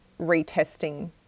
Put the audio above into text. retesting